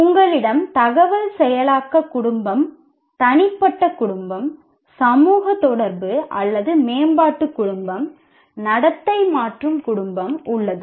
உங்களிடம் தகவல் செயலாக்க குடும்பம் தனிப்பட்ட குடும்பம் சமூக தொடர்பு அல்லது மேம்பாட்டு குடும்பம் நடத்தை மாற்றும் குடும்பம் உள்ளது